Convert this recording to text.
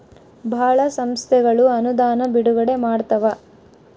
ಭಾಳ ಸಂಸ್ಥೆಗಳು ಅನುದಾನ ಬಿಡುಗಡೆ ಮಾಡ್ತವ